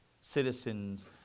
citizens